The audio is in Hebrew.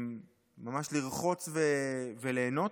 ממש לרחוץ וליהנות.